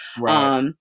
Right